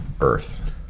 Earth